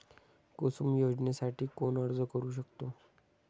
कुसुम योजनेसाठी कोण अर्ज करू शकतो?